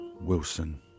Wilson